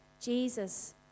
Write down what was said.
Jesus